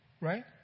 Right